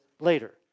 later